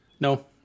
No